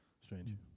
strange